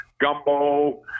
gumbo